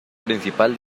principal